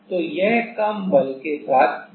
तो यह कम बल के साथ खींचेगा